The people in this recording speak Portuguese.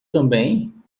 também